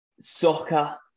soccer